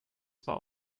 zwar